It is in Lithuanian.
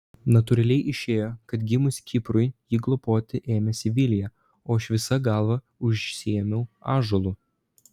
natūraliai išėjo kad gimus kiprui jį globoti ėmėsi vilija o aš visa galva užsiėmiau ąžuolu